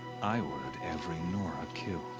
i ordered every nora killed.